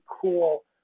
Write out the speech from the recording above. cool